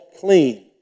clean